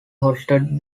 hosted